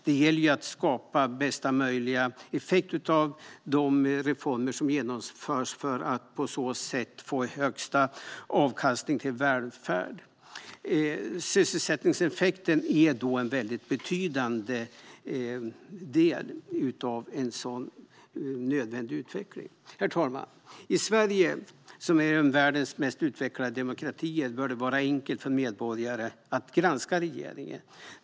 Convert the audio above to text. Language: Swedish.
Det gäller ju att skapa bästa möjliga effekt av de reformer som genomförs för att på så sätt få högsta avkastning till välfärd. Sysselsättningseffekten är en väldigt betydande del av en sådan nödvändig utveckling. Herr talman! I Sverige, som är en av världens mest utvecklade demokratier, bör det vara enkelt för medborgare att granska regeringen.